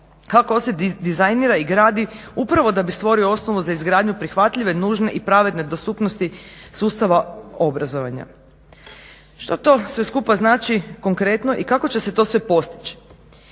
HKO se dizajnira i gradi upravo da bi stvorio osnovu za izgradnju prihvatljive, nužne i pravedne dostupnosti sustava obrazovanja. Što to sve skupa znači konkretno i kako će se to sve postići?